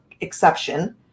Exception